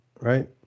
right